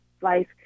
life